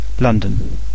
London